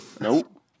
Nope